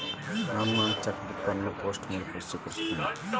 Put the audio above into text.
ನಾನು ನನ್ನ cheque book ಅನ್ನು ಪೋಸ್ಟ್ ಮೂಲಕ ಸ್ವೀಕರಿಸಿದ್ದೇನೆ